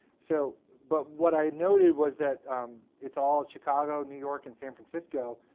so but what i had noted was that it's all chicago, new york, and san francisco.